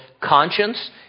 conscience